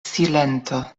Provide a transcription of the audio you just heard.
silento